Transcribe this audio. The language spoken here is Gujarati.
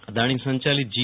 અદાણી સંયાલિત જી